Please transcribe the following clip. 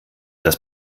das